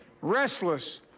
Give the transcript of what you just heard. restless